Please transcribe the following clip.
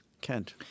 Kent